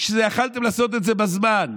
כשיכולתם לעשות את זה בזמן,